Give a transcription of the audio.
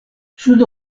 sud